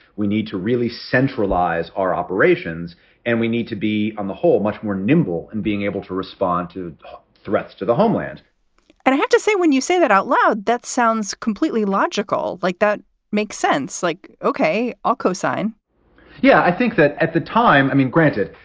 we need to really centralize our operations and we need to be, on the whole, much more nimble and being able to respond to threats to the homeland and i have to say, when you say that out loud, that sounds completely logical. like that makes sense. like, ok, i'll co-sign yeah, i think that at the time, i mean, granted,